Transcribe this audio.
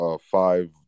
five